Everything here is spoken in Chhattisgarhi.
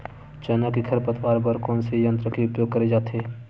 चना के खरपतवार बर कोन से यंत्र के उपयोग करे जाथे?